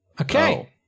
Okay